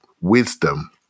wisdom